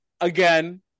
Again